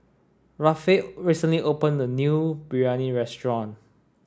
Rafe recently opened a new Biryani restaurant